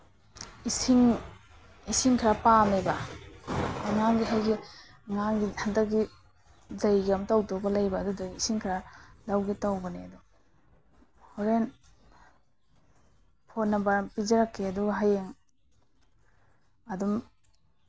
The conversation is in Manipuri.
ꯏꯁꯤꯡ ꯏꯁꯤꯡ ꯈꯔ ꯄꯥꯝꯃꯦꯕ ꯑꯉꯥꯡꯒꯤ ꯑꯉꯥꯡꯒꯤ ꯍꯟꯗꯛꯀꯤ ꯖꯩꯒ ꯑꯃ ꯇꯧꯗꯧꯕ ꯂꯩꯌꯦ ꯑꯗꯨꯗꯨꯒꯤ ꯏꯁꯤꯡ ꯈꯔ ꯂꯧꯒꯦ ꯇꯧꯕꯅꯤ ꯑꯗꯨ ꯍꯣꯔꯦꯟ ꯐꯣꯟ ꯅꯝꯕꯔ ꯑꯃ ꯄꯤꯖꯔꯛꯀꯦ ꯑꯗꯨꯒ ꯍꯌꯦꯡ ꯑꯗꯨꯝ